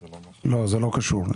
לא, זה לא קשור.